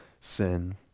sin